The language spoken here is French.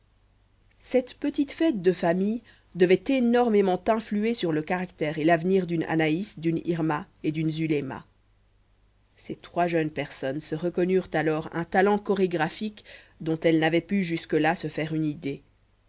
cette petite fête de famille devait énormément influer sur le caractère et l'avenir d'une anaïs d'une irma et d'une zuléma ces trois jeunes personnes se reconnurent alors un talent chorégraphique dont elles n'avaient pu jusque la se faire une idée